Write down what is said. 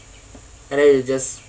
and then you just